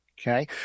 Okay